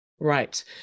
Right